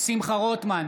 שמחה רוטמן,